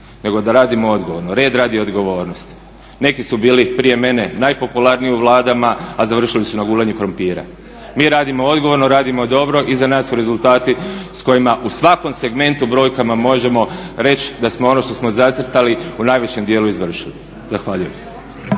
nego da radimo odgovorno red, rad i odgovornost. Neki su bili prije mene najpopularniji u vladama, a završili su na guljenju krumpira. Mi radimo odgovorno, radimo dobro i za nas su rezultati s kojima u svakom segmentu brojkama možemo reći da smo ono što smo zacrtali u najvećem dijelu i izvršili. Zahvaljujem.